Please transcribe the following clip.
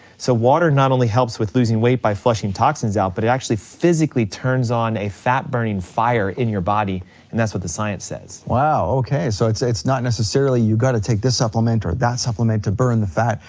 so water not only helps with losing weight by flushing toxins out, but it actually, physically turns on a fat burning fire in your body and that's what the science says. wow, okay, so it's it's not necessarily you've gotta take this supplement or that supplement to burn the fat,